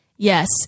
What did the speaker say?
Yes